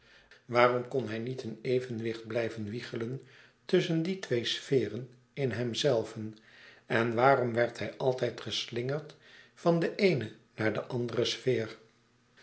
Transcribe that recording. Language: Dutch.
waarom kon hij niet in evenwicht blijven wiegelen tusschen die twee sferen in hemzelven en waarom werd hij altijd geslingerd van de eene naar de andere sfeer